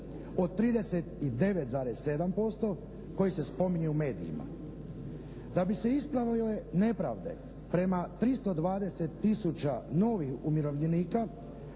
o 39,7% koji se spominje u medijima. Da bi se ispravile nepravde prema 320 tisuća novih umirovljenika